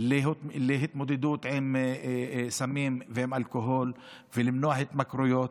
להתמודדות עם סמים ועם אלכוהול ולמנוע התמכרויות,